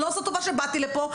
אני לא עושה טובה שבאתי לפה,